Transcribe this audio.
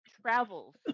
travels